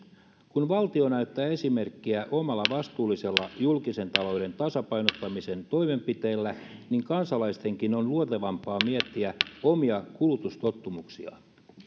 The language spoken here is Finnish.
kun valtio näyttää esimerkkiä omilla vastuullisilla julkisen talouden tasapainottamisen toimenpiteillään niin kansalaistenkin on luontevampaa miettiä omia kulutustottumuksiaan